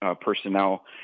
personnel